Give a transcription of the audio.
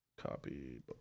copy